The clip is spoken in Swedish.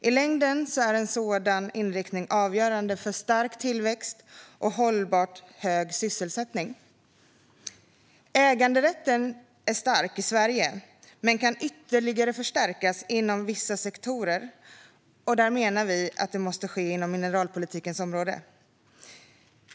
I längden är en sådan inriktning avgörande för stark tillväxt och hållbart hög sysselsättning. Äganderätten är stark i Sverige men kan ytterligare förstärkas inom vissa sektorer. Där menar vi att det måste ske inom mineralpolitikens område.